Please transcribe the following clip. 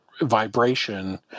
vibration